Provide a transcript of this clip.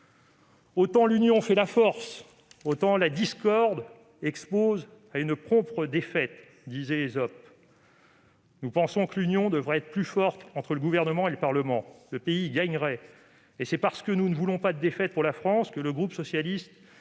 Autant l'union fait la force, autant la discorde expose à une prompte défaite », énonçait Ésope. Nous pensons que l'union devrait être plus forte entre le Gouvernement et le Parlement. Le pays y gagnerait, et c'est parce que nous ne voulons pas de défaite pour la France que le groupe Socialiste,